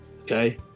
Okay